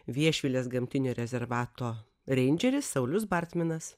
viešvilės gamtinio rezervato reindžeris saulius bartminas